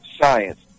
science